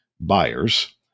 buyers